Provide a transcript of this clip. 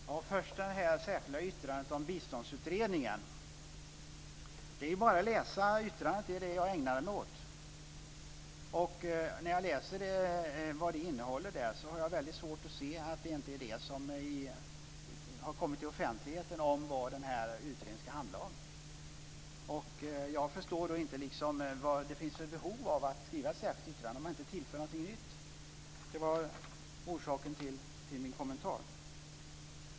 Fru talman! Det är bara att läsa det särskilda yttrandet om Biståndsutredningen, och det är vad jag har ägnat mig åt. Men när jag läser det och ser vad det innehåller har jag väldigt svårt att se att det som står där inte är det som har kommit till offentligheten när det gäller vad utredningen ska handla om. Jag förstår inte behovet av att skriva ett särskilt yttrande om man inte tillför någonting nytt. Detta var orsaken till min kommentar.